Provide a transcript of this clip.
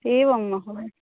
एवं महोदय